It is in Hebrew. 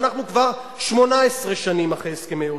ואנחנו כבר 18 שנים אחרי הסכמי אוסלו.